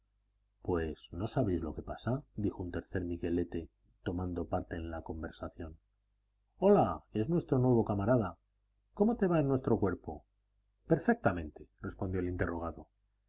pues no sabéis lo que pasa dijo un tercer miguelete tomando parte en la conversación hola es nuestro nuevo camarada cómo te va en nuestro cuerpo perfectamente respondió el interrogado